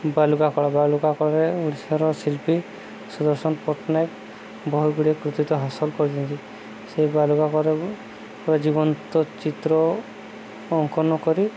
ବାଲୁକା କଳା ବାଲୁକା କଳାରେ ଓଡ଼ିଶାର ଶିଳ୍ପୀ ସୁଦର୍ଶନ ପଟ୍ଟନାୟକ ବହୁତ ଗୁଡ଼ିଏ କୃତିତ୍ୱ ହାସଲ କରିଛନ୍ତି ସେଇ ବାଲୁକା କଳା ପୁରା ଜୀବନ୍ତ ଚିତ୍ର ଅଙ୍କନ କରି